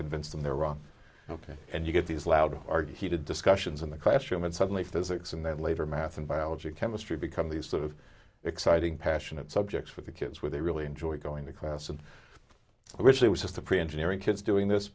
convince them they're wrong ok and you get these loud argue heated discussions in the classroom and suddenly physics and then later math and biology chemistry become these sort of exciting passionate subjects for the kids where they really enjoy going to class and which there was just a pre engineering kids doing this